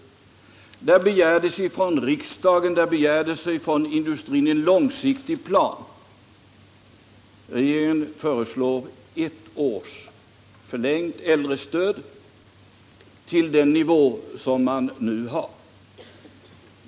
I detta sammanhang begärdes från riksdagen och från industrin en långsiktig plan, men regeringen föreslog ett äldrestöd förlängt med ett år till den nivå som man nu har.